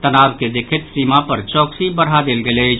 तनाव के देखैत सीमा पर चौकसी बढ़ा देल गेल अछि